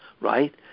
right